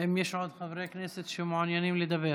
האם יש עוד חברי כנסת שמעוניינים לדבר?